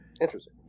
Interesting